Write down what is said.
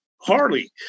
Harley